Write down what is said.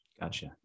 Gotcha